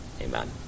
amen